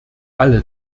alle